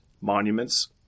monuments